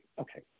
Okay